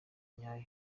nyayo